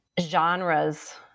genres